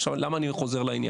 עכשיו, למה אני חוזר לעניין?